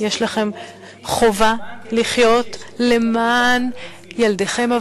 יש לכם חובה לחיות למען ילדיכם,